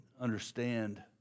understand